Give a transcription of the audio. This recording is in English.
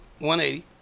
180